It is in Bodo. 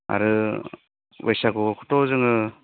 आरो बैसागुखौथ' जोङो